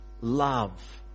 Love